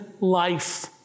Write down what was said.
life